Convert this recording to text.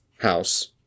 house